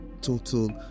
total